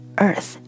earth